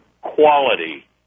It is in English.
quality